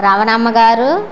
రవణమ్మ గారు